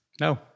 No